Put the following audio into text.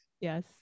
yes